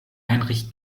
heinrich